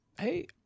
hey